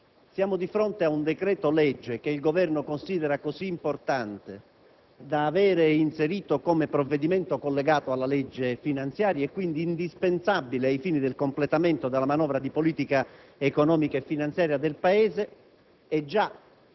Siamo di fronte a un decreto-legge che il Governo considera così importante da averlo inserito come provvedimento collegato al disegno di legge finanziaria, indispensabile quindi ai fini del completamento della manovra di politica economica e finanziaria del Paese. Già